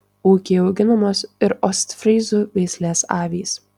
ūkyje auginamos ir ostfryzų veislės avys